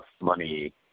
money